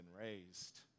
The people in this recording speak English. raised